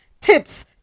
tips